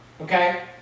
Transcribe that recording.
okay